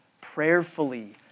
prayerfully